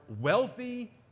wealthy